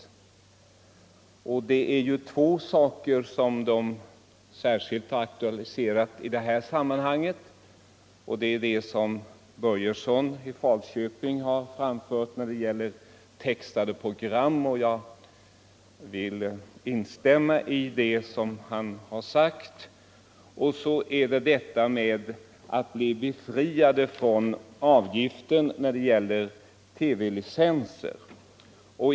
I det sammanhanget är det två saker som de särskilt har aktualiserat. Den ena är det som herr Börjesson i Falköping har talat om när det gäller textade program, vilket jag vill instämma i, och så är det Nr 143 detta med befrielse från avgiften för TV-licens.